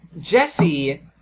Jesse